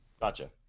gotcha